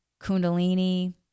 kundalini